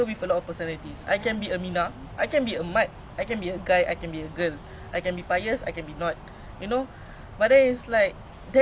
ya you see the thing is with a lot of muslims nowadays they fikir just because then they feel macam